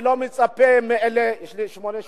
יש לי שמונה שניות.